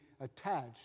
attached